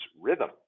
rhythm